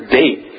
date